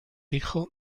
hijo